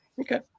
Okay